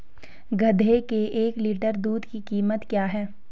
गधे के एक लीटर दूध की कीमत क्या है?